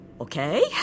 okay